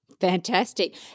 Fantastic